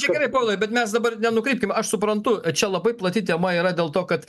čia gerai povilai bet mes dabar nenukrypkim aš suprantu čia labai plati tema yra dėl to kad